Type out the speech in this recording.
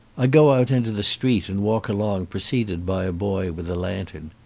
i go out into the street and walk along preceded by a boy with a lantern.